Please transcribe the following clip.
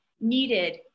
needed